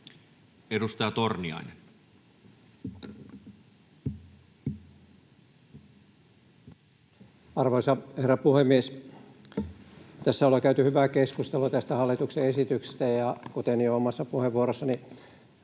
Edustaja Torniainen. Arvoisa herra puhemies! Tässä ollaan käyty hyvää keskustelua tästä hallituksen esityksestä, ja kuten jo omassa puheenvuorossani